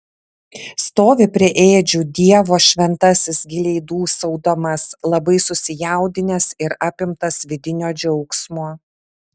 stovi prie ėdžių dievo šventasis giliai dūsaudamas labai susijaudinęs ir apimtas vidinio džiaugsmo